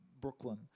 Brooklyn